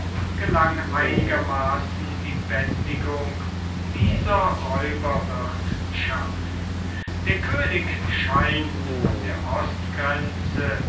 gelang einigermaßen die bändigung dieser räuberwirtschaft der könig scheint an der ostgrenze